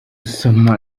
usoma